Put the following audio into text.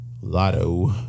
Lotto